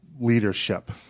leadership